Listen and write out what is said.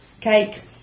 Cake